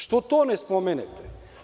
Što to ne spomenete?